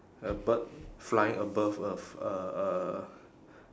a bird flying above a f~ a a